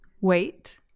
Wait